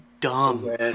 dumb